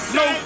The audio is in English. no